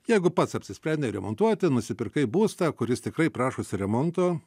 jeigu pats apsisprendei remontuoti nusipirkai būstą kuris tikrai prašosi remonto